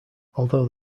although